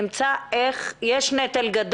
נמצא איך להתחלק בנטל.